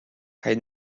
kaj